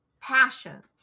passions